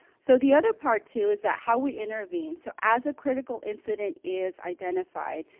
so the other part too is that how we intervene. so as a critical incident is identified.